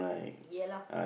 ya lah